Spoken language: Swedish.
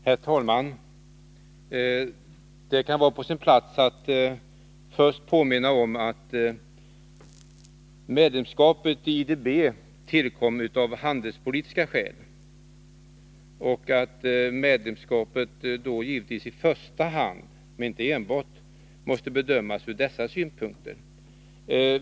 Herr talman! Det kan vara på sin plats att först påminna om att medlemskapet i IDB tillkom av handelspolitiska skäl och att medlemskapet i första hand, men inte enbart, givetvis måste bedömas ur denna synvinkel.